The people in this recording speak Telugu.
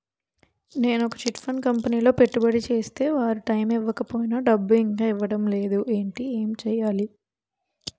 నేను ఒక చిట్ ఫండ్ కంపెనీలో పెట్టుబడి చేస్తే వారు టైమ్ ఇవ్వకపోయినా డబ్బు ఇంకా ఇవ్వడం లేదు ఏంటి చేయాలి?